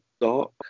dark